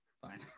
Fine